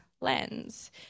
lens